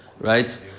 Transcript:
right